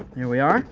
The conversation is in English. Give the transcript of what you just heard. here we are,